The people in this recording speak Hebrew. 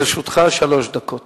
לרשותך שלוש דקות.